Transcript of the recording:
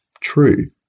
true